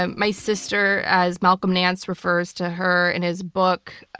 ah my sister, as malcolm nance refers to her in his book